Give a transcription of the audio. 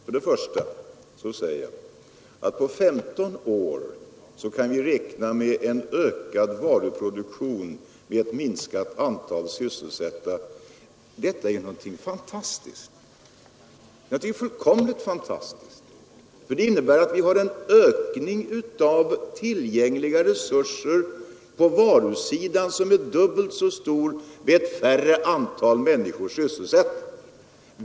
För det första så sade jag att vi på 15 år kan räkna med en ökad varuproduktion med ett minskat antal sysselsatta. Detta är någonting fullkomligt fantastiskt. Det innebär att vi får en fördubbling av tillgängliga resurser på varusidan med ett mindre antal människor sysselsatta.